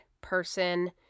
person